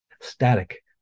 static